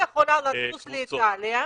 אני אוכל לטוס לאיטליה,